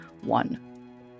one